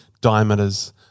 diameters